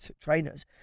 trainers